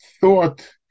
Thought